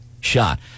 shot